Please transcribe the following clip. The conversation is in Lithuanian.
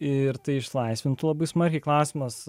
ir tai išlaisvintų labai smarkiai klausimas